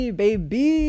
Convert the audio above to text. baby